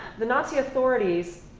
the nazi authorities,